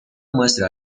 muestra